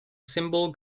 symbol